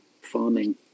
farming